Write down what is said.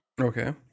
Okay